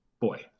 boy